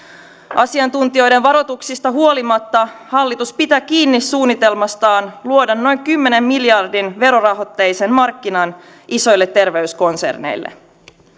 asiantuntijoiden varoituksista huolimatta hallitus pitää kiinni suunnitelmastaan luoda noin kymmenen miljardin verorahoitteinen markkina isoille terveyskonserneille